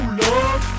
love